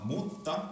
Mutta